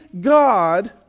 God